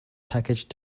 packaged